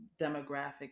demographic